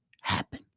happen